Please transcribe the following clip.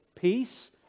peace